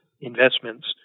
investments